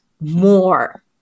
more